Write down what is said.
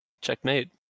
checkmate